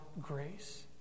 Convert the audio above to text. grace